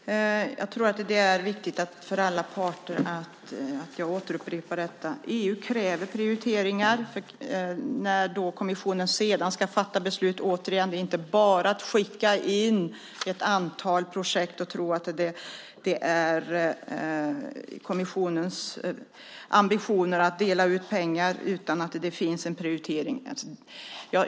Fru talman! Jag tror att det är viktigt för alla parter att jag återupprepar detta: EU kräver prioriteringar när kommissionen ska fatta beslut. Återigen: Det är inte bara att skicka in ett antal projekt och tro att det är kommissionens ambition att dela ut pengar utan att det finns prioriteringar.